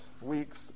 weeks